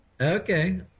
Okay